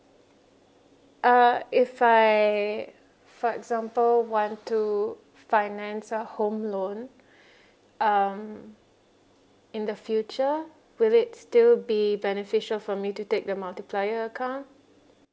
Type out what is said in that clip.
uh if I for example want to finance a home loan um in the future will it still be beneficial for me to take the multiplier account